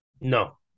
No